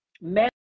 Men